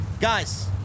Guys